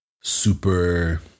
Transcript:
super